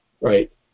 right